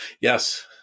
Yes